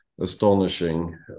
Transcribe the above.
astonishing